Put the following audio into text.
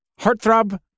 heartthrob